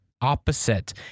opposite